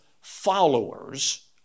followers